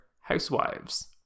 housewives